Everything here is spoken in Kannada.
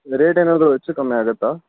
ರೇಟ್ ಏನಾದರೂ ಹೆಚ್ಚು ಕಮ್ಮಿ ಆಗುತ್ತಾ